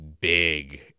big